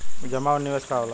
जमा और निवेश का होला?